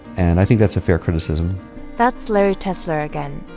and i think that's a fair criticism that's larry tesler again,